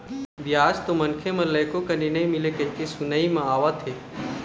बियाज तो मनखे मन ल एको कन नइ मिलय कहिके सुनई म आवत हे